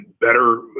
better